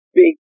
big